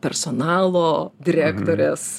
personalo direktorės